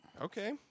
Okay